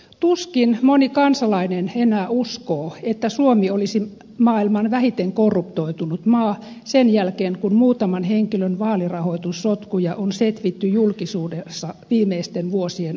tuskin moni kansalainen enää uskoo että suomi olisi maailman vähiten korruptoitunut maa sen jälkeen kun muutaman henkilön vaalirahoitussotkuja on setvitty julkisuudessa viimeisten vuosien aikana